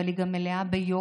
אבל היא גם מלאה ביופי,